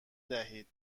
دهید